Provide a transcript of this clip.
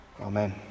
Amen